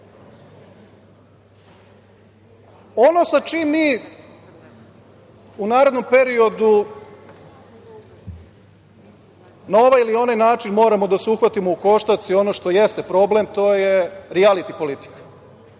sa čim mi u narednom periodu, na ovaj ili onaj način, moramo da se uhvatimo u koštac i ono što jeste problem, to je rijaliti politika.